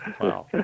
Wow